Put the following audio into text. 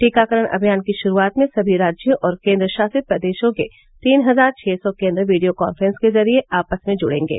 टीकाकरण अभियान की शुरूआत में सभी राज्यों और केन्द्रशासित प्रदेशों के तीन हजार छ सौ केन्द्र वीडियो काफ्रेस के जरिये आपस में जुडेंगे